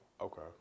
Okay